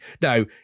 Now